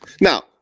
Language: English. now